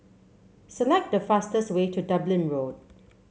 select the fastest way to Dublin Road